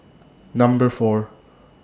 Number four